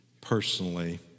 personally